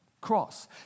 cross